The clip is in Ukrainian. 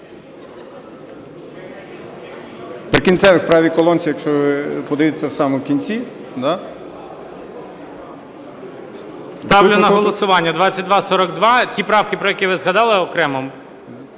Ставлю на голосування 2242. Ті правки, про які ви згадали, окремо.